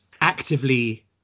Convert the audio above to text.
actively